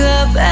up